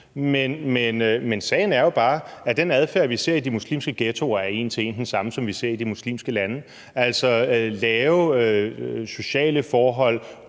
Men sagen er jo bare, at den adfærd, vi ser i de muslimske ghettoer, en til en er den samme som den, vi ser i de muslimske lande. Altså, det er lave sociale forhold,